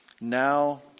Now